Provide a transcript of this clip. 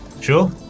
Sure